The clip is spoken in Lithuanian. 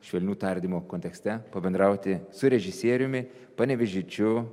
švelnių tardymų kontekste pabendrauti su režisieriumi panevėžiečiu